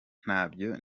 ntabyo